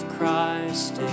Christ